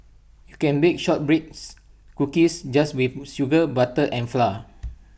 you can bake Shortbread Cookies just with sugar butter and flour